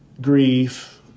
grief